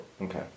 Okay